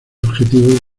objetivos